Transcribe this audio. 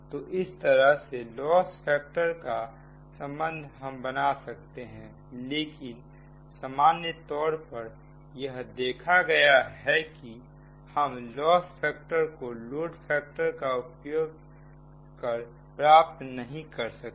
तो इस तरह से लॉस् फैक्टर का संबंध हम बना सकते हैंलेकिन सामान्य तौर पर यह देखा गया है कि हम लॉस् फैक्टर को लोड फैक्टर का उपयोग कर प्राप्त नहीं कर सकते